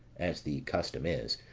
as the custom is,